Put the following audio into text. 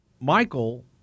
Michael